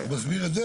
הוא מסביר את זה.